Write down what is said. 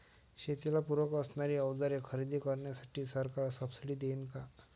शेतीला पूरक असणारी अवजारे खरेदी करण्यासाठी सरकार सब्सिडी देईन का?